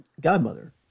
godmother